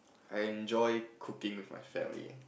I enjoy cooking with my family